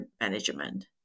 management